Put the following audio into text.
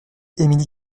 émilie